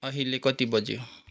अहिले कति बज्यो